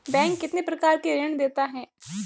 Bank कितने प्रकार के ऋण देता है?